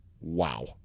wow